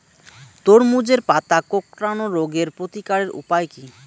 তরমুজের পাতা কোঁকড়ানো রোগের প্রতিকারের উপায় কী?